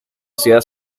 ciudad